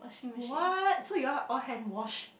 what so you all all hand wash